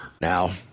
Now